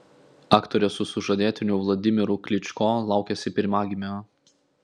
aktorė su sužadėtiniu vladimiru kličko laukiasi pirmagimio